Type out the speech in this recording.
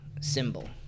symbol